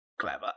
Clever